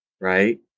right